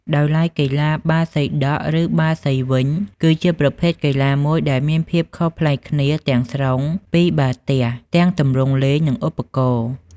ដោយឡែក កីឡាបាល់សីដក់ ឬបាល់សីវិញ គឺជាប្រភេទកីឡាមួយដែលមានភាពខុសប្លែកគ្នាទាំងស្រុងពីបាល់ទះទាំងទម្រង់លេងនិងឧបករណ៍។